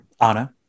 Anna